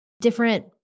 different